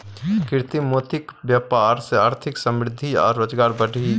कृत्रिम मोतीक बेपार सँ आर्थिक समृद्धि आ रोजगार बढ़ि रहल छै